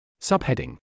Subheading